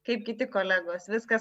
kaip kiti kolegos viskas